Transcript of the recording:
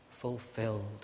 fulfilled